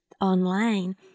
online